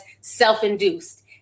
self-induced